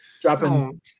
Dropping